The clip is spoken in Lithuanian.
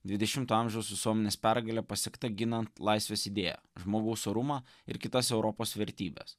dvidešimto amžiaus visuomenės pergalė pasiekta ginant laisvės idėją žmogaus orumą ir kitas europos vertybes